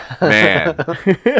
Man